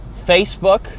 Facebook